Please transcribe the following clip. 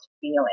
feeling